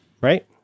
Right